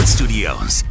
Studios